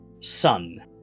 sun